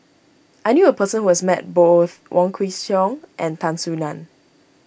I knew a person who has met both Wong Kwei Cheong and Tan Soo Nan